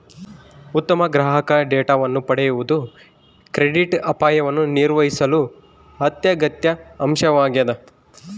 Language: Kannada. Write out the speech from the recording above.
ಉತ್ತಮ ಗ್ರಾಹಕ ಡೇಟಾವನ್ನು ಪಡೆಯುವುದು ಕ್ರೆಡಿಟ್ ಅಪಾಯವನ್ನು ನಿರ್ವಹಿಸಲು ಅತ್ಯಗತ್ಯ ಅಂಶವಾಗ್ಯದ